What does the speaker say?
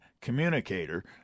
communicator